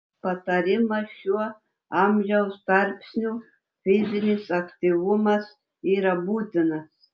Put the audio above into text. patarimas šiuo amžiaus tarpsniu fizinis aktyvumas yra būtinas